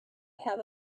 have